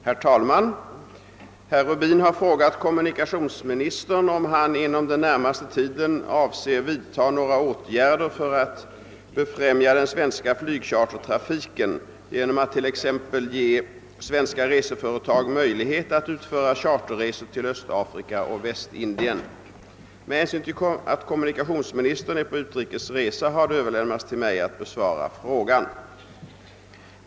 Herr talman! Herr Rubin har frågat kommunikationsministern om han inom den närmaste tiden avser vidta några åtgärder för att befrämja den svenska flygchartertrafiken genom att t.ex. ge svenska reseföretag möjlighet att utföra charterresor till Östafrika och Västindien. Med hänsyn till att kommunikationsministern är på utrikes resa har det överlämnats till mig att besvara frågan.